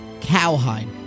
cowhide